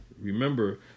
Remember